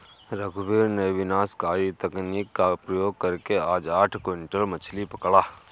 रघुवीर ने विनाशकारी तकनीक का प्रयोग करके आज आठ क्विंटल मछ्ली पकड़ा